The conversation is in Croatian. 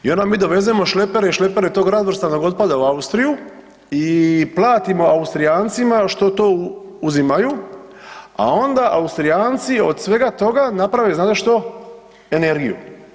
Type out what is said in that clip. I onda mi dovezemo šlepere i šlepere tog razvrstanog otpada u Austriju i platimo Austrijancima što to uzimaju, a onda Austrijanci od svega toga naprave znate što, energiju.